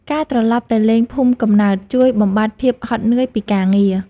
ការត្រឡប់ទៅលេងភូមិកំណើត ជួយបំបាត់ភាពហត់នឿយពីការងារ។